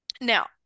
now